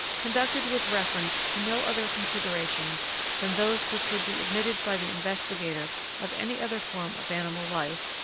conducted with reference to no other considerations than those which would be admitted by the investigator of any other form of animal life,